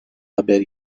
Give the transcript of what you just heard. haber